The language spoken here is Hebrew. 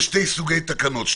יש שני סוגי תקנות,